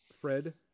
Fred